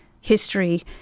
history